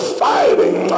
fighting